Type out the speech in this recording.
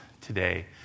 today